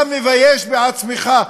אתה מבייש את עצמך.